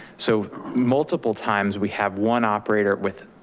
so multiple times we have one operator with